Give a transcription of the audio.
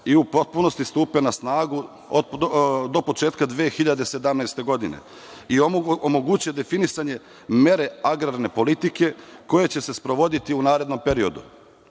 i u potpunosti stupe na snagu do početka 2017. godine i omoguće definisanje mere agrarne politike koja će se sprovoditi u narednom periodu.